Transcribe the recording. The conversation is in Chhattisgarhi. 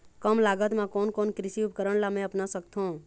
कम लागत मा कोन कोन कृषि उपकरण ला मैं अपना सकथो?